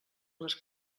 les